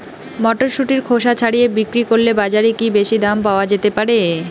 মটরশুটির খোসা ছাড়িয়ে বিক্রি করলে বাজারে কী বেশী দাম পাওয়া যেতে পারে?